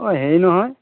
অঁ হেৰি নহয়